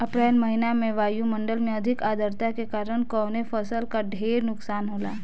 अप्रैल महिना में वायु मंडल में अधिक आद्रता के कारण कवने फसल क ढेर नुकसान होला?